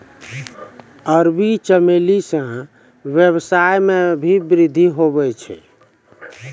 अरबी चमेली से वेवसाय मे भी वृद्धि हुवै छै